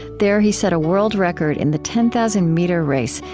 there, he set a world record in the ten thousand meter race,